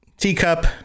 Teacup